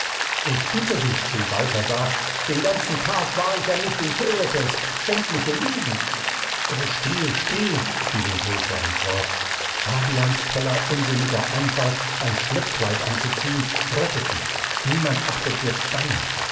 ich bitte dich schrie balthasar den ganzen tag war ich ja nicht in kerepes schändliche lügen o still still fiel ihm pulcher ins wort fabians toller unsinniger einfall ein schleppkleid anzuziehen rettet dich niemand achtet jetzt deiner